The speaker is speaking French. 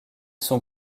sont